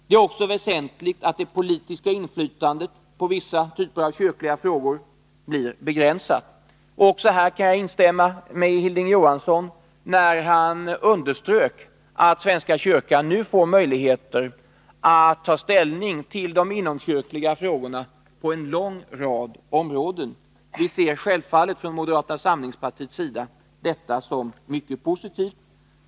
Det är också väsentligt att det politiska inflytandet på vissa typer av kyrkliga frågor blir begränsat. Också här kan jag instämma med Hilding Johansson, när han underströk att svenska kyrkan nu får möjligheter att ta ställning till de inomkyrkliga frågorna på en lång rad områden. Vi ser självfallet från moderata samlingspartiets sida detta som mycket positivt.